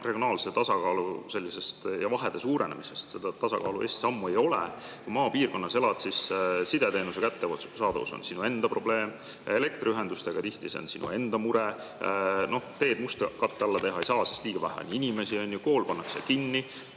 regionaalsest tasakaalust ja vahede suurenemisest, siis seda tasakaalu Eestis ammu ei ole. Kui elad maapiirkonnas, siis sideteenuse kättesaadavus on sinu enda probleem, elektriühendus tihti on sinu enda mure. Teed mustkatte alla ei saa, sest liiga vähe on inimesi. Kool pannakse kinni.